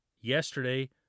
Yesterday